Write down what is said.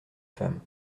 femme